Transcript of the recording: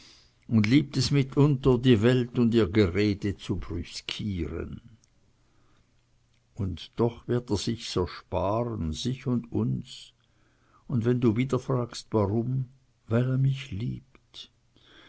und liebt es mitunter die welt und ihr gerede zu brüskieren und doch wird er sich's ersparen sich und uns und wenn du wieder fragst warum weil er mich liebt